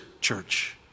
church